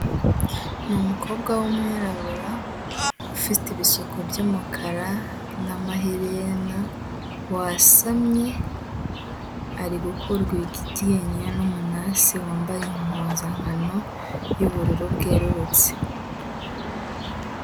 Ni umukobwa w'umwirabura, ufite ibisuko by'umukara n'amaherena wasamye ari gukurwa iryinyo n'umunasi wambaye impuzankano y'ubururu bwererutse.